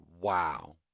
wow